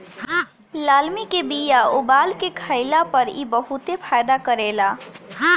लालमि के बिया उबाल के खइला पर इ बहुते फायदा करेला